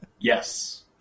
Yes